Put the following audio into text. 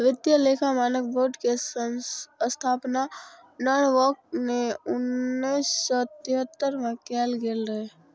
वित्तीय लेखा मानक बोर्ड के स्थापना नॉरवॉक मे उन्नैस सय तिहत्तर मे कैल गेल रहै